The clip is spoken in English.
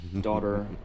Daughter